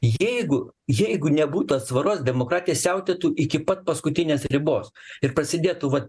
jeigu jeigu nebūtų atsvaros demokratija siautėtų iki pat paskutinės ribos ir prasidėtų vat